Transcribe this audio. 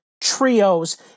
trios